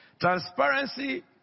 Transparency